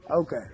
okay